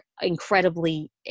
incredibly